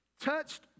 Touched